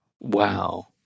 Wow